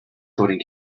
coding